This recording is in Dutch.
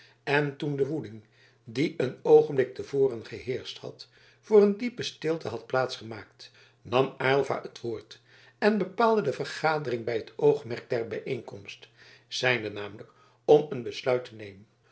en toen de woeling die een oogenblik te voren geheerscht had voor een diepe stilte had plaatsgemaakt nam aylva het woord en bepaalde de vergadering bij het oogmerk der bijeenkomst zijnde namelijk om een besluit te nemen